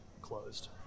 closed